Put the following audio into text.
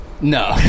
No